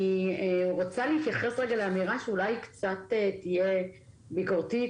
אני רוצה להתייחס רגע לאמירה שאולי קצת תהיה ביקורתית